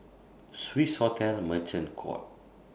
Swissotel Merchant Court